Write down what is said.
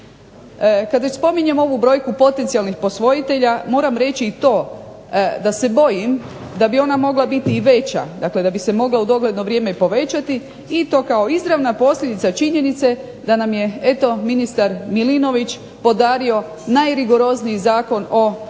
Kada već spominjem ovu brojku potencijalnih posvojitelja moram reći i to da se bojim da bi ona mogla biti i veća, da bi se mogla u dogledno vrijeme povećati i to kao izravna posljedica činjenice da nam je eto ministar MIlinović podario najrigorozniji zakon o medicinski